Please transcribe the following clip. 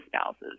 spouses